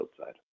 outside